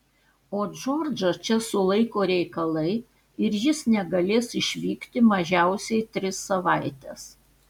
o džordžą čia sulaiko reikalai ir jis negalės išvykti mažiausiai tris savaites